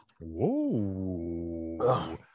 Whoa